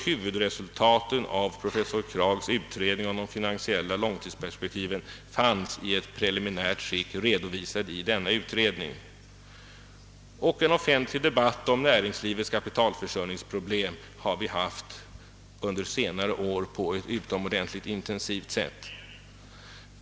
Huvudresultaten av professor Kraghs utredning om de = finansiella = långtidsperspektiven fanns också i preliminärt skick redovisade i denna utredning. En offentlig debatt om näringslivets kapitalproblem har under senare år förts på ett utomordentligt intensivt sätt.